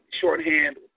shorthand